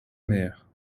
mère